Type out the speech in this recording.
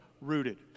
Rooted